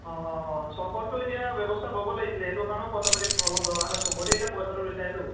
অঁ অঁ অঁ চৰবতটো এতিয়া ব্যৱস্থা কৰিব লাগিছিলে সেইটোৰ কাৰণেও পইচা পাতি অলপ দৰকাৰ হয় সবতেই এতিয়া পইচাটো বিচাৰেতো